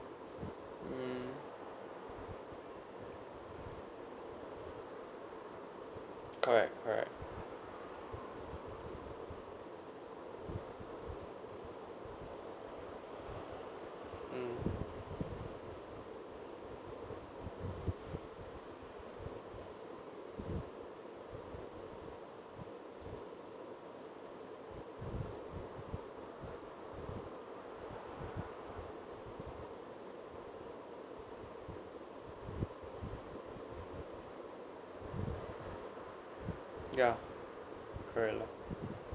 mm correct correct mm ya correct lor